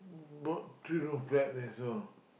brought three room flat as well